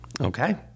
Okay